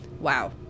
wow